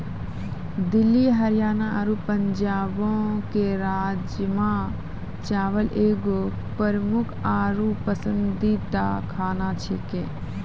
दिल्ली हरियाणा आरु पंजाबो के राजमा चावल एगो प्रमुख आरु पसंदीदा खाना छेकै